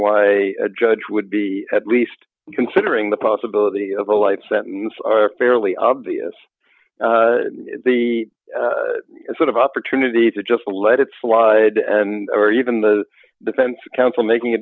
why a judge would be at least considering the possibility of a life sentence are fairly obvious the sort of opportunity to just let it slide or even the defense counsel making a